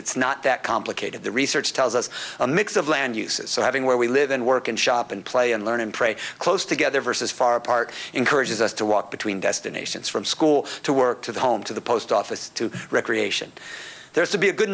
it's not that complicated the research tells us a mix of land uses so having where we live and work and shop and play and learn and prey close together versus far apart encourages us to walk between destinations from school to work to the home to the post office to recreation there is to be a good